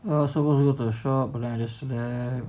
uh I'm supposed to go to the shop but then I just slept